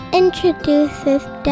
introduces